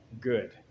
good